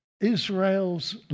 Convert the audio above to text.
Israel's